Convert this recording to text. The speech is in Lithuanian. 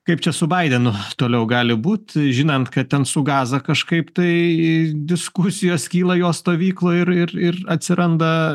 kaip čia su baidenu toliau gali būt žinant kad ten su gaza kažkaip tai diskusijos kyla jo stovykloj ir ir ir atsiranda